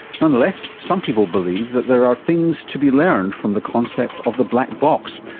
nonetheless, some people believe that there are things to be learned from the concept of the black box,